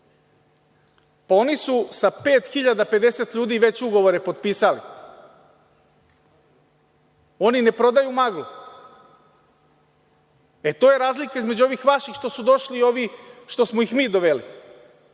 Oni su sa 5.050 ljudi već ugovore potpisali. Oni ne prodaju maglu.E, to je razlika između ovih vaših što su došli i ovih što smo ih mi doveli.